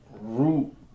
root